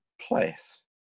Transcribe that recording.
place